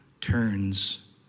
turns